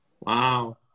wow